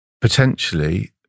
potentially